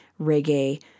reggae